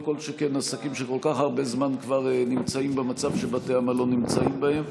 כל שכן עסקים שכל כך הרבה זמן כבר נמצאים במצב שבתי המלון נמצאים בו.